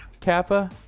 kappa